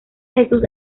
jesús